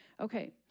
Okay